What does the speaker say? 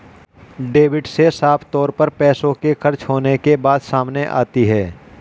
debit से साफ तौर पर पैसों के खर्च होने के बात सामने आती है